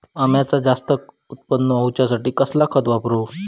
अम्याचा जास्त उत्पन्न होवचासाठी कसला खत वापरू?